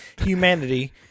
Humanity